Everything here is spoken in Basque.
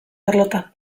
arlotan